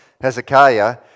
Hezekiah